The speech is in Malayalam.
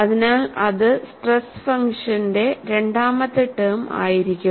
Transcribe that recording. അതിനാൽ അത് സ്ട്രെസ് ഫംഗ്ഷന്റെ രണ്ടാമത്തെ ടേം ആയിരിക്കും